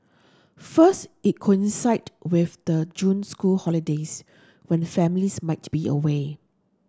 first it coincided with the June school holidays when families might be away